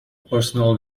personal